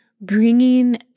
bringing